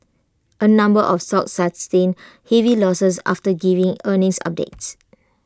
A number of stocks sustained heavy losses after giving earnings updates